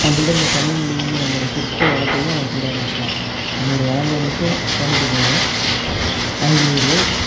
நம்மள்ட்ட இருந்த தமிழ்மொழியையும் நம்மளுடைய சொற்கள் வளத்தையும் அவன் திருட ஆரம்பிச்சிட்டான் நம்மளுடைய வளங்களை மட்டும் சுரண்டிட்டு போகல ஆங்கிலேயர்கள்